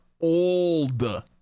old